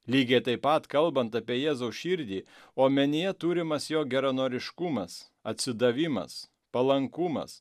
lygiai taip pat kalbant apie jėzaus širdį omenyje turimas jo geranoriškumas atsidavimas palankumas